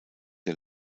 der